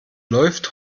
läuft